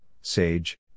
sage